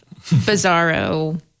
bizarro